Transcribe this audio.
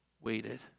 waited